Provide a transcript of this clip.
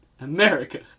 America